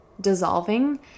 dissolving